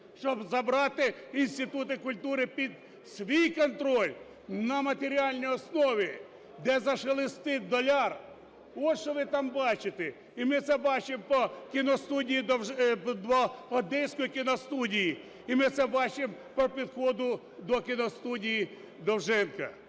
щоб забрати інститути культури під свій контроль на матеріальній основі, де зашелестить доляр. Ось що ви там бачите. І ми це бачимо по Одеської кіностудії. І ми це бачимо по підходу до кіностудії Довженка.